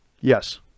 Yes